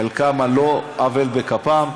חלקם על לא עוול בכפם,